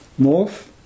Morph